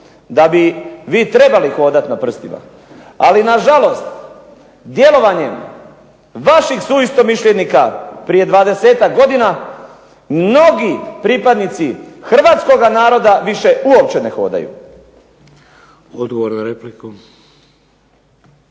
da bi vi trebali hodati na prstima. Ali nažalost, djelovanjem vašeg istomišljenika prije 20-ak godina mnogi pripadnici hrvatskoga naroda više uopće ne hodaju. **Šeks,